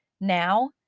Now